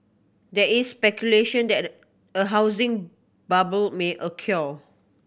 there is speculation that a housing bubble may occur